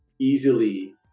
easily